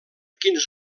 quins